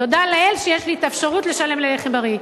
תודה לאל שיש לי אפשרות לשלם על לחם בריא.